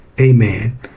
Amen